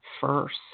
first